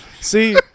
See